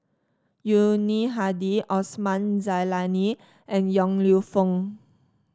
Yuni Hadi Osman Zailani and Yong Lew Foong